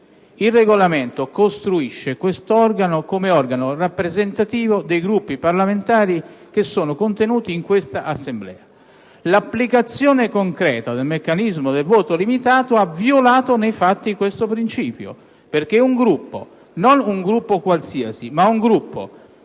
il Regolamento concepisce questo organo come rappresentativo dei Gruppi parlamentari presenti in Senato. L'applicazione concreta del meccanismo del voto limitato ha violato nei fatti questo principio, perché un Gruppo (non un Gruppo qualsiasi, ma un Gruppo